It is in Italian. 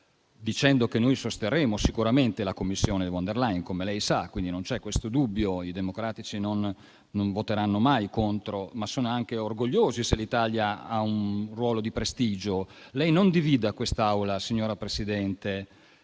ricordare che noi sosterremo sicuramente la Commissione von der Leyen - come lei sa - e quindi non c'è un tale dubbio: i Democratici non voteranno mai contro, ma sono anche orgogliosi se l'Italia ha un ruolo di prestigio. Lei non divida quest'Assemblea, signora Presidente,